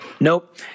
Nope